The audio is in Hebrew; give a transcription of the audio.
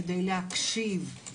כדי להקשיב,